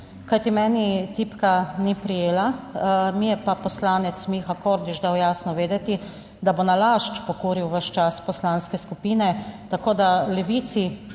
Kajti meni tipka ni prijela, mi je pa poslanec Miha Kordiš dal jasno vedeti, da bo nalašč pokuril ves čas poslanske skupine, tako da Levici